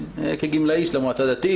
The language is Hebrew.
כגמלאי של המועצה הדתית.